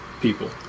people